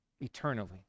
eternally